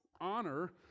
honor